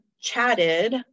chatted